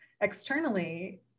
externally